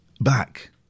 back